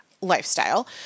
lifestyle